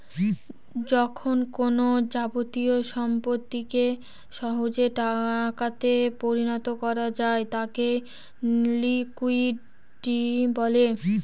যখন কোনো যাবতীয় সম্পত্তিকে সহজে টাকাতে পরিণত করা যায় তাকে লিকুইডিটি বলে